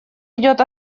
идет